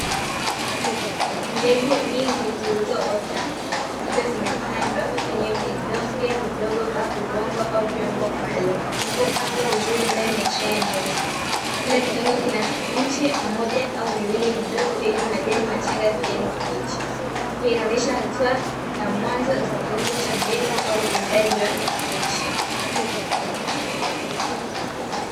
Mbegu nyingi zilizoota, zikiwa zimepandwa kwenye vidonge vidogo vya udongo au vyombo maalumu. Vilivyopangwa vizuri ndani ya trei nyeusi. Kila kidonge kina mche mmoja au miwili midogo yenye majani machanga ya kijani kibichi. Hii inaonyesha hatua za mwanzo za kilimo cha mbegu au uundaji wa miche.